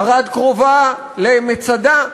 ערד קרובה למצדה,